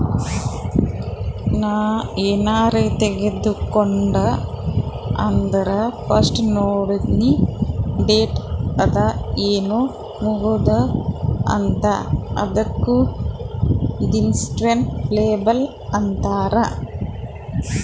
ನಾ ಏನಾರೇ ತಗೊಂಡ್ ಅಂದುರ್ ಫಸ್ಟ್ ನೋಡ್ತೀನಿ ಡೇಟ್ ಅದ ಏನ್ ಮುಗದೂದ ಅಂತ್, ಅದುಕ ದಿಸ್ಕ್ರಿಪ್ಟಿವ್ ಲೇಬಲ್ ಅಂತಾರ್